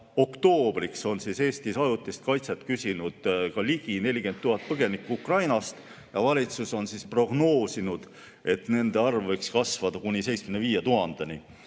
oktoobriks oli Eestis ajutist kaitset küsinud ka ligi 40 000 põgenikku Ukrainast ja valitsus on prognoosinud, et nende arv võiks kasvada kuni 75 000-ni.